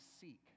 seek